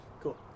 Cool